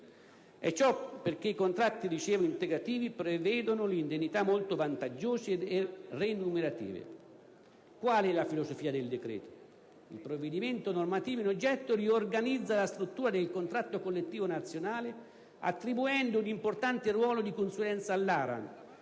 E ciò perché i contratti integrativi prevedono indennità molto vantaggiose e remunerative. Quale è allora la filosofia del decreto? Il provvedimento normativa in oggetto riorganizza la struttura del contratto collettivo nazionale, attribuendo un importante ruolo di consulenza all'ARAN,